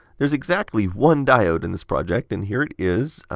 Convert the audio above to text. there's exactly one diode in this project, and here it is. ah